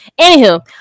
Anywho